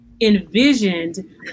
envisioned